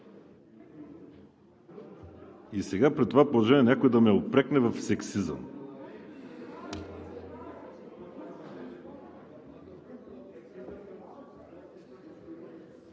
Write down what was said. И сега, при това положение, някой да ме упрекне в сексизъм.